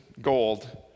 gold